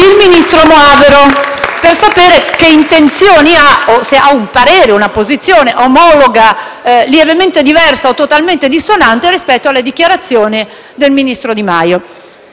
il ministro Moavero per sapere che intenzioni ha o se ha un parere, una posizione omologa, lievemente diversa o totalmente dissonante rispetto alle dichiarazioni rese dal ministro Di Maio.